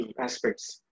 aspects